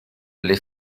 les